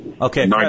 Okay